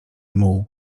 muł